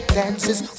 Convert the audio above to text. dances